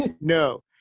No